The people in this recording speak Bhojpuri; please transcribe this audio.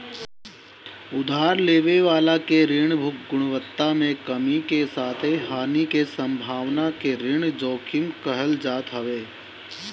उधार लेवे वाला के ऋण गुणवत्ता में कमी के साथे हानि के संभावना के ऋण जोखिम कहल जात हवे